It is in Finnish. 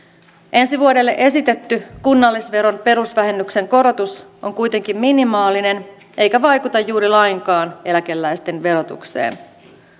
ensi vuodelle esitetty kunnallisveron perusvähennyksen korotus on kuitenkin minimaalinen eikä vaikuta juuri lainkaan eläkeläisten verotukseen